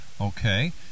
Okay